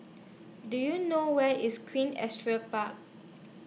Do YOU know Where IS Queen Astrid Park